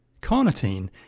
Carnitine